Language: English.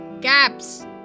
caps